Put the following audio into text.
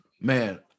Man